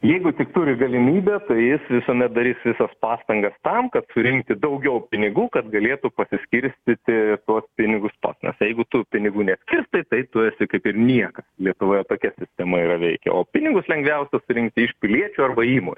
jeigu tik turi galimybę jis visuomet daryti visas pastangas tam kad surinkti daugiau pinigų kad galėtų pasiskirstyti tuos pinigus pats nes jeigu tu pinigų neskirstai tai tu esi kaip ir niekas lietuvoje tokia sistema yra veikia o pinigus lengviausia surinkti iš piliečių arba įmonių